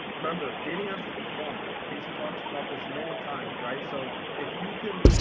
remember, dating has to be fun. casey talks about this many times. right? so if you can